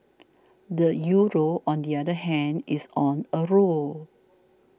the Euro on the other hand is on a roll